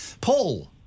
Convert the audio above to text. Paul